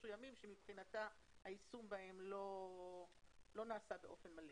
מסוימים שמבחינתה היישום בהם לא נעשה באופן מלא.